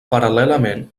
paral·lelament